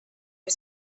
für